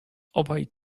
obaj